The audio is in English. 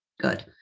good